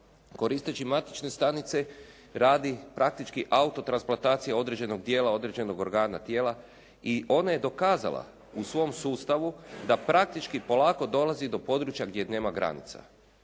koristeći matične stanice radi praktički autotransplantacija određenog dijela određenog organa tijela i ona je dokazala u svom sustavu da praktički polako dolazi do područja gdje nema granica.